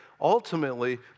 ultimately